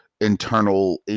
internal